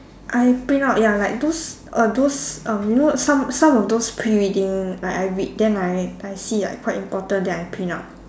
I print out ya like those uh those um you know some some of those pre-reading like I read then I I see like quite important then I print out